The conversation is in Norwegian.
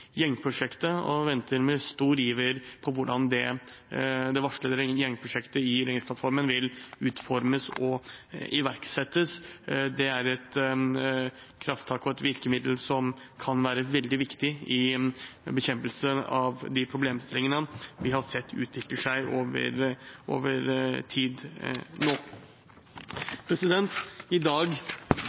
gjengprosjektet, og venter med stor iver på hvordan det varslede gjengprosjektet i regjeringsplattformen vil utformes og iverksettes. Det er et krafttak og et virkemiddel som kan være veldig viktig i bekjempelsen av de problemstillingene vi nå har sett utvikle seg over tid. I dag har politiet gått ut med tall som viser at politidekningen nå